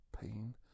pain